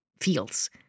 fields